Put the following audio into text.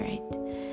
right